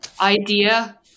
idea